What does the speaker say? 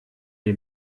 dem